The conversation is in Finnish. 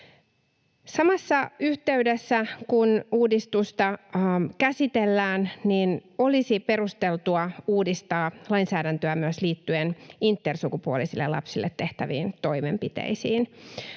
Samassa yhteydessä, kun uudistusta käsitellään, olisi perusteltua uudistaa lainsäädäntöä myös liittyen intersukupuolisille lapsille tehtäviin toimenpiteisiin.